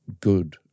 good